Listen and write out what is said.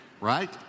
Right